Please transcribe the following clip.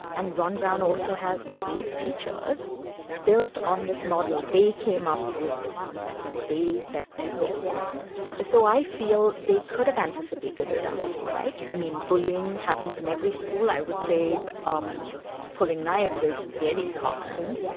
and ron brown also has great teachers built on this model. they came up with this concept, and they set their goals so i feel they could have anticipated a dahi. right? i mean, bullying happens in every school. i would say um pulling pulling knives is very common.